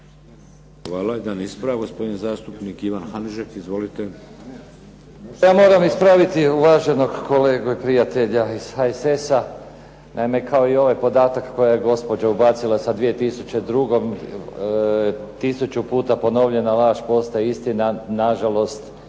Hvala. Jedan ispravak, gospodin zastupnik Ivan Hanžek. Izvolite. **Hanžek, Ivan (SDP)** Pa ja moram ispraviti uvaženog kolegu i prijatelja iz HSS-a. Naime, kao i ovaj podatak kojeg je gospođa ubacila sa 2002. tisuću puta ponovljena laž postaje istina. Na žalost